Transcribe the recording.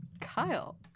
Kyle